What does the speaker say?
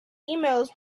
emails